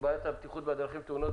בעיית הבטיחות בדרכים, תאונות,